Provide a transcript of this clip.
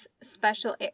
special